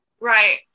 Right